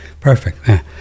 Perfect